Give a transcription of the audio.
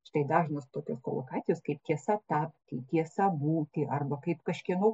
štai dažnos tokios kolokacijos kaip tiesa tapti tiesa būti arba kaip kažkieno